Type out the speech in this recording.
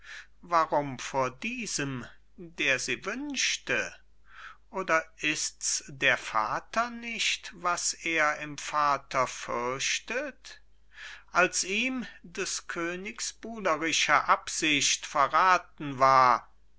warum vor diesem der sie wünschte oder ists der vater nicht was er im vater fürchtet als ihm des königs buhlerische absicht verraten war